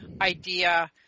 idea